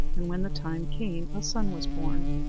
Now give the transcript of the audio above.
and when the time came a son was born.